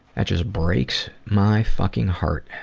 that just breaks my fucking heart.